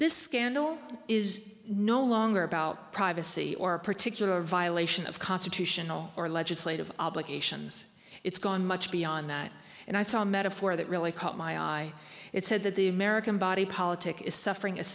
this scandal is no longer about privacy or a particular violation of constitutional or legislative obligations it's gone much beyond that and i saw a metaphor that really caught my eye it said that the american body politic is suffering a